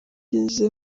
binyuze